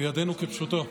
בידינו כפשוטו.